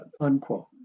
unquote